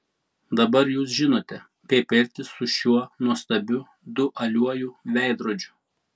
dabar jūs žinote kaip elgtis su šiuo nuostabiu dualiuoju veidrodžiu